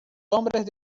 hombres